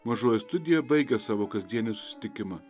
mažoji studija baigia savo kasdienį susitikimą